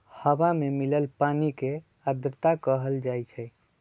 हवा में मिलल पानी के आर्द्रता कहल जाई छई